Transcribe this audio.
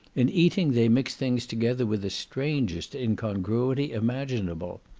in eating, they mix things together with the strangest incongruity imaginable.